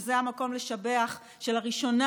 שזה המקום לשבח שלראשונה,